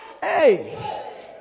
hey